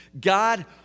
God